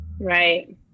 right